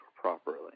properly